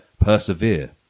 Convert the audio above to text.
persevere